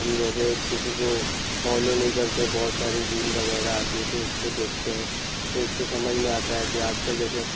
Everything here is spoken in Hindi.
हम जैसे किसी को फॉलो नहीं करते बहुत सारी रील वगैरह आती हैं तो उसको देखते हैं तो उससे समझ में आता है कि आजकल जैसे